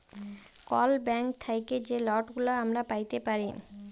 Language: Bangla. কল ব্যাংক থ্যাইকে যে লটগুলা আমরা প্যাইতে পারি